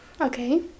Okay